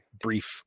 brief